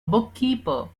bookkeeper